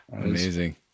amazing